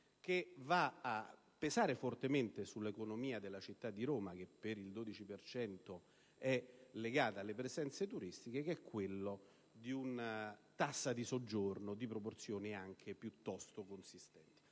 che va a pesare fortemente sull'economia della città di Roma, che per il 12 per cento è legata alle presenze turistiche, relativa ad una tassa di soggiorno di proporzioni anche piuttosto consistenti.